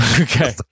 Okay